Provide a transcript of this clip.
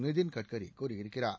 நிதின் கட்கரி கூறியிருக்கிறார்